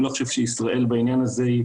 אני לא חושב שישראל חריגה בעניין הזה.